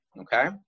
Okay